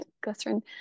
glycerin